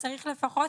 צריך לפחות